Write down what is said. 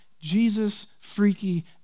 Jesus-freaky